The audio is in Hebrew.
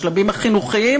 בשלבים החינוכיים,